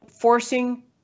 forcing